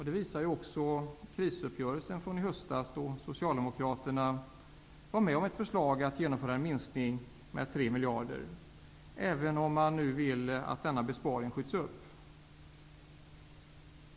Det visar också krisuppgörelsen från i höstas, då Socialdemokraterna var med om ett förslag att genomföra en minskning med 3 miljarder, även om de nu vill att denna besparing skjuts upp.